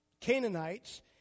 Canaanites